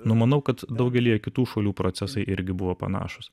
numanau kad daugelyje kitų šalių procesai irgi buvo panašūs